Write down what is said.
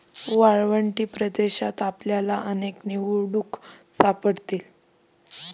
वाळवंटी प्रदेशात आपल्याला अनेक निवडुंग सापडतील